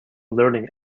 learning